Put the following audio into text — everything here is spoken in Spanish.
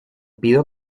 pido